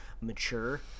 mature